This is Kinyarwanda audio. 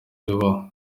bibaho